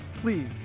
Please